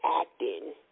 acting